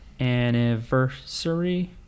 anniversary